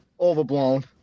overblown